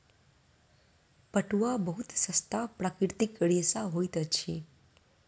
पटुआ बहुत सस्ता प्राकृतिक रेशा होइत अछि